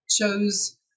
chose